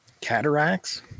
Cataracts